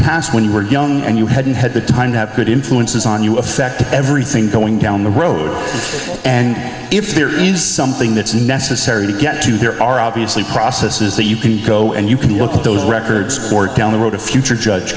past when you were young and you hadn't had the time to have good influences on you affect everything going down the road and if there is something that's necessary to get to you there are obviously processes that you can go and you can look at those records or down the road a future judge